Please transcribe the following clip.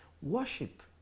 Worship